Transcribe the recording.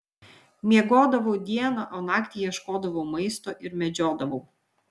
miegodavau dieną o naktį ieškodavau maisto ir medžiodavau